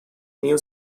new